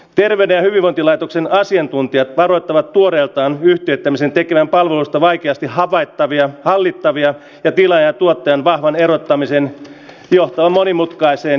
terveyden hyvinvointilaitoksen asiantuntijat varoittavat tuoreeltaan yhteyttämisen tekevän paluuta vaikeasti havaittavia valittavia kepillä ja tuotteen vahvan erottamiseen johtaa monimutkaisen